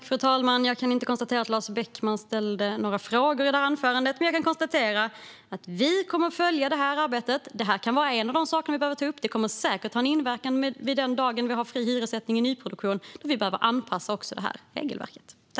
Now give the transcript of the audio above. Fru talman! Jag uppfattade inte att Lars Beckman ställde några frågor i sitt inlägg, men jag kan konstatera att vi kommer att följa detta arbete. Det här kan vara en av de saker som vi behöver ta upp. Det kommer säkert att ha en inverkan den dagen vi har fri hyressättning i nyproduktion. Då behöver vi anpassa regelverket.